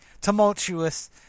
tumultuous